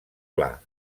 pla